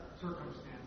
circumstance